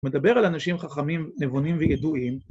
מדבר על אנשים חכמים נבונים וידועים